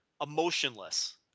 emotionless